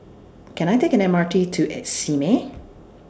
Can I Take M R T to Simei